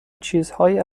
چیزهایی